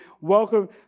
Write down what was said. welcome